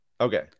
Okay